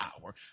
power